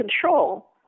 control